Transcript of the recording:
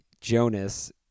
Jonas